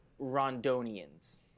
Rondonians